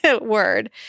word